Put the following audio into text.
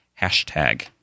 hashtag